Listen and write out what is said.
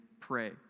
pray